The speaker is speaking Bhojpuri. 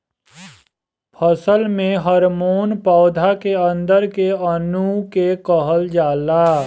फसल में हॉर्मोन पौधा के अंदर के अणु के कहल जाला